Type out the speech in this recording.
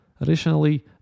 additionally